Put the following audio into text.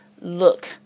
look